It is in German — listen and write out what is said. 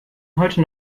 heute